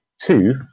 Two